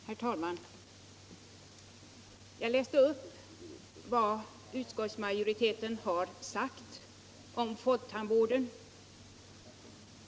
Herr talman! Jag läste upp vad utskottsmajoriteten har sagt om folktandvården.